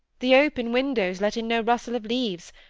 the open windows let in no rustle of leaves,